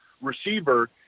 receiver